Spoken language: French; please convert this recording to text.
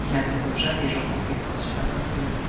il interrogea les gens compétents sur la sorcellerie